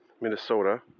Minnesota